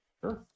Sure